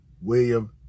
William